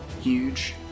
huge